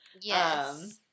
Yes